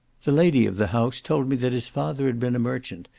the lady of the house told me that his father had been a merchant,